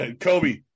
Kobe